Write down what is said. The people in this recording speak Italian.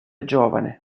giovane